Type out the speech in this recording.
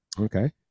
Okay